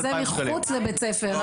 זה מחוץ לבית ספר,